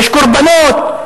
יש קורבנות.